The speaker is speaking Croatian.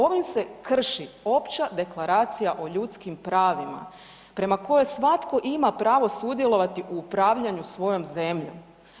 Ovim se krši Opća deklaracija o ljudskim pravima prema kojoj svatko ima pravo sudjelovati u upravljanju svojom zemljom.